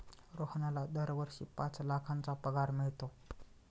रोहनला दरवर्षी पाच लाखांचा पगार मिळतो